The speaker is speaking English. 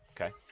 okay